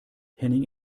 henning